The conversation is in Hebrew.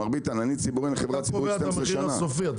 מר ביטן אני חברה ציבורית --- אתה קובע את המחיר הסופי על המדף,